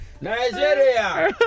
Nigeria